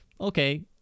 okay